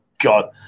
God